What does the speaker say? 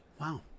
wow